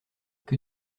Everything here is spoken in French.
que